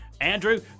Andrew